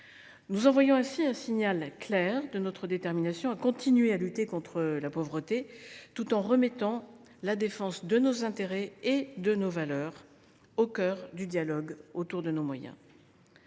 faisant, nous signalons clairement notre détermination à continuer à lutter contre la pauvreté, tout en remettant la défense de nos intérêts et de nos valeurs au cœur du dialogue autour de nos moyens.